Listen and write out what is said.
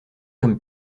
comme